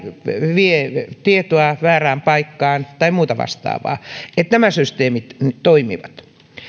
vie tietoa väärään paikkaan tai muuta vastaavaa nämä systeemit nyt toimivat